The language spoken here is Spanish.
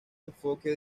enfoque